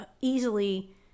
easily